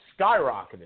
skyrocketed